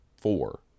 four